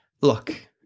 Look